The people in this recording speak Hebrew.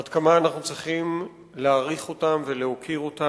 עד כמה אנחנו צריכים להעריך אותם ולהוקיר אותם,